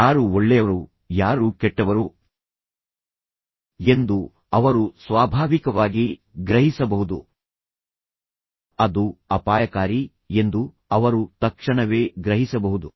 ಯಾರು ಒಳ್ಳೆಯವರು ಯಾರು ಕೆಟ್ಟವರು ಎಂದು ಅವರು ಸ್ವಾಭಾವಿಕವಾಗಿ ಗ್ರಹಿಸಬಹುದು ಅದು ಅಪಾಯಕಾರಿ ಎಂದು ಅವರು ತಕ್ಷಣವೇ ಗ್ರಹಿಸಬಹುದು